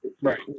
right